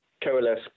coalesce